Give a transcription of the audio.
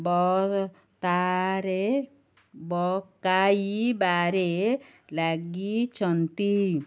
ବତାରେ ପକାଇବାରେ ଲାଗିଛନ୍ତି